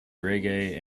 reggae